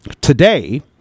today